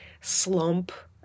slump